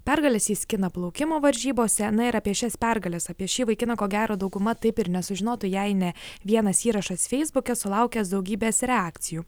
pergales jis skina plaukimo varžybose na ir apie šias pergales apie šį vaikiną ko gero dauguma taip ir nesužinotų jei ne vienas įrašas feisbuke sulaukęs daugybės reakcijų